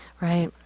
Right